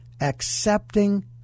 accepting